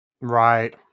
Right